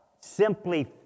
simply